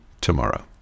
tomorrow